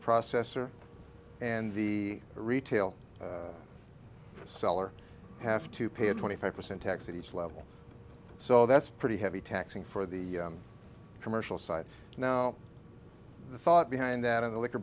processor and the retail seller have to pay a twenty five percent tax that is level so that's pretty heavy taxing for the commercial side now the thought behind that of the liquor